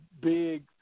big